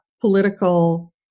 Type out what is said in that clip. political